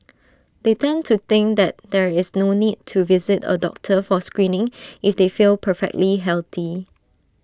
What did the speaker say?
they tend to think that there is no need to visit A doctor for screening if they feel perfectly healthy